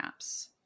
apps